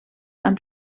amb